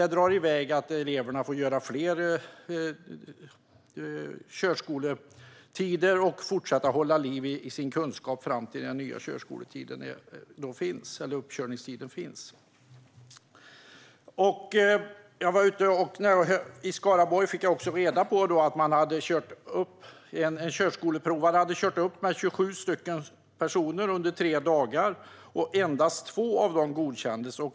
Det drar iväg, och eleverna tvingas till fler körskoletider för att fortsätta att hålla liv i sin kunskap fram till dess att det finns en uppkörningstid. I Skaraborg fick jag också reda på att en förarprövare hade kört upp med 27 personer under tre dagar, varav endast två godkändes.